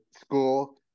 school